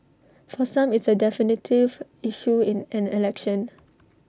for some it's A definitive issue in an election